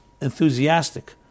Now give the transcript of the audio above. enthusiastic